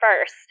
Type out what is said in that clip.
first